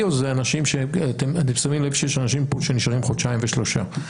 או שאתם שמים לב שיש אנשים פה שנשארים חודשיים ושלושה.